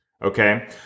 Okay